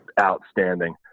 outstanding